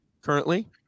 currently